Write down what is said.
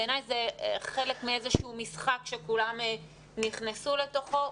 בעיניי זה חלק מאיזשהו משחק שכולם נכנסו לתוכו.